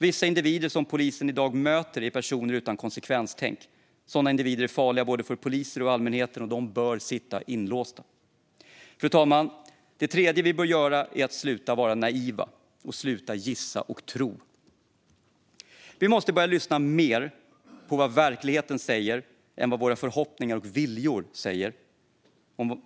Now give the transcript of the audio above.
Vissa individer som polisen i dag möter är personer utan konsekvenstänk. Sådana individer är farliga, både för poliser och för allmänheten, och de bör sitta inlåsta. Fru talman! Det tredje vi bör göra är att sluta vara naiva och att sluta gissa och tro. Vi måste börja lyssna mer på vad verkligheten säger än på vad våra förhoppningar och viljor säger.